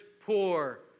poor